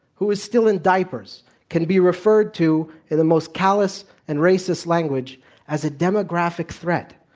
who is still in diapers, can be referred to in the most callous and racist language as a demographic threat,